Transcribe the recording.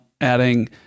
adding